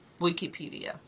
Wikipedia